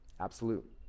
Absolute